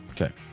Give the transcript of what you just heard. Okay